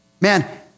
Man